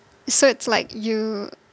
so it's like you